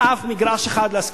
אף מגרש אחד להשכרה.